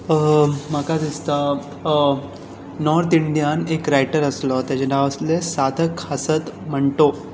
म्हाका दिसता north Indian एक रायटर आसलो तेचें नांव सादक हासक म्हणटो